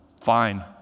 fine